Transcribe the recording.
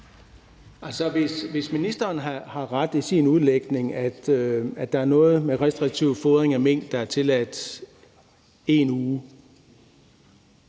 Hvis ministeren har ret i sin udlægning, altså at der er noget med restriktiv fodring af mink, der er tilladt 1 uge,